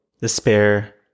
despair